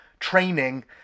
...training